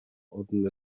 orten